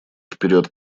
вперед